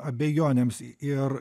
abejonėms ir